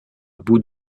bout